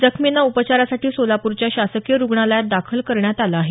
जखमींना उपचारासाठी सोलापूरच्या शासकीय रुग्णालयात दाखल करण्यात आलं आहे